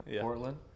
Portland